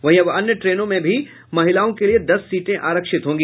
वहीं अब अन्य ट्रेनों में भी महिलाओं के लिये दस सीटें आरक्षित होंगी